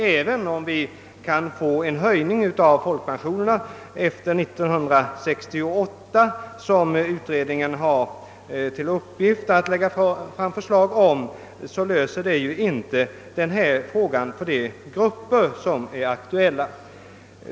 Även om vi kan få en höjning av folkpensionerna till stånd efter den 1 juli 1968, till vilken tidpunkt kommittén har till uppgift att lägga fram förslag, löser det ändå inte frågan för de grupper som är aktuella.